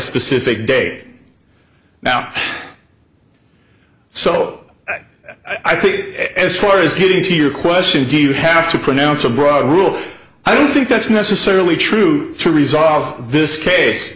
specific date now so i think as far as getting to your question do you have to pronounce a broad rule i don't think that's necessarily true to resolve this case